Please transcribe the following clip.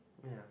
ya